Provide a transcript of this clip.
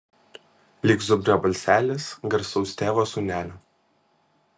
lyg zubrio balselis garsaus tėvo sūnelio